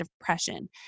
depression